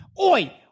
Oi